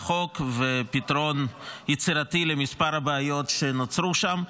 החוק ועל הפתרון היצירתי למספר בעיות שנוצרו שם,